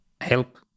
help